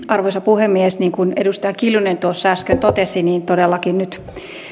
arvoisa puhemies niin kuin edustaja kiljunen tuossa äsken totesi niin todellakin nyt